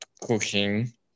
cooking